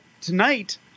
Tonight